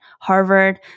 Harvard